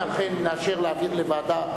אם אכן נאשר להעביר לוועדה,